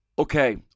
Okay